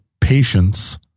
Patience